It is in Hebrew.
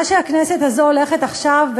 מה שהכנסת הזו הולכת עכשיו,